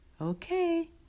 Okay